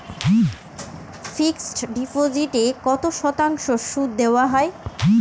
Fixed ডিপোজিটে কত শতাংশ সুদ দেওয়া হয়?